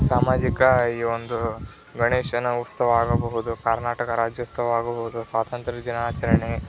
ಸಾಮಾಜಿಕ ಈ ಒಂದು ಗಣೇಶನ ಉತ್ಸವ ಆಗಬಹುದು ಕರ್ನಾಟಕ ರಾಜ್ಯೋತ್ಸವ ಆಗಬಹುದು ಸ್ವಾತಂತ್ರ್ಯ ದಿನಾಚರಣೆ